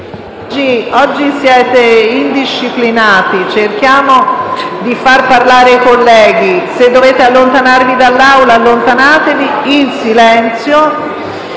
oggi siete indisciplinati. Cerchiamo di far parlare i colleghi. Se dovete allontanarvi dall'Aula, fatelo in silenzio.